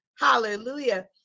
hallelujah